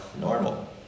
normal